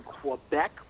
Quebec